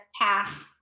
pass